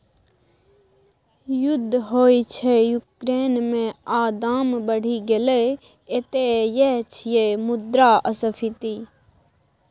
युद्ध होइ छै युक्रेन मे आ दाम बढ़ि गेलै एतय यैह छियै मुद्रास्फीति